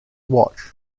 watch